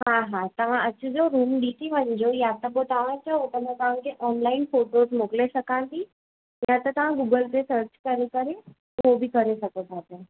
हा हा तव्हां अचिजो रूम डिसी वञिजो या त पोइ तव्हां चओ त मां तव्हांखे ऑनलाइन फॉटोस मोकिले सघां थी या त तव्हां गूगल ते सर्च करे करे उहो बि करे सघो था पिया